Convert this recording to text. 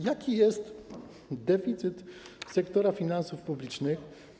Jaki jest deficyt sektora finansów publicznych?